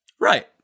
Right